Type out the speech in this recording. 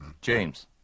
James